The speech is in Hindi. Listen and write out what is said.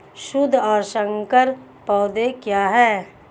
शुद्ध और संकर पौधे क्या हैं?